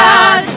God